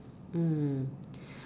mm